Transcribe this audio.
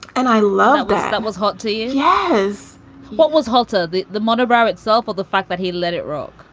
and i love that i was hot, too. yeah yeah yes what was halter the the monogram itself or the fact that he let it rock?